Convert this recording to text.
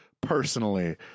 personally